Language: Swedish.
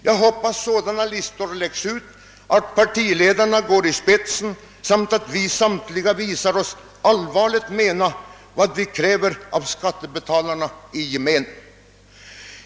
Jag hoppas att sådana listor läggs ut, att partiledarna går i spetsen och att vi samtliga visar oss allvarligt mena vad vid kräver av skattebetalarna i gemen.